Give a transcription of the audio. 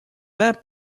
peints